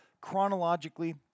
chronologically